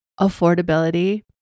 affordability